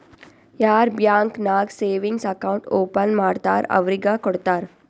ಯಾರ್ ಬ್ಯಾಂಕ್ ನಾಗ್ savings account open ಮಾಡ್ತಾರ್ ಅವ್ರಿಗ ಕೊಡ್ತಾರ್